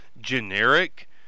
generic